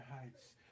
heights